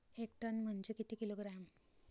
एक टन म्हनजे किती किलोग्रॅम?